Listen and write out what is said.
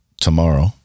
tomorrow